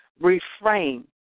reframe